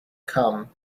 come